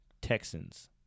Texans